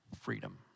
freedom